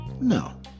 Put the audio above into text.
No